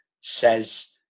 says